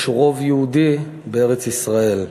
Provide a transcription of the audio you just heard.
יש רוב יהודי בארץ-ישראל,